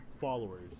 followers